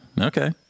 Okay